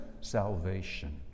salvation